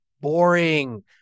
boring